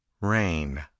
RAIN